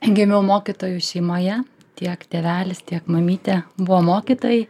gimiau mokytojų šeimoje tiek tėvelis tiek mamytė buvo mokytojai